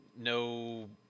no